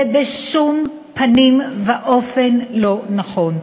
זה בשום פנים ואופן לא נכון.